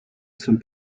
some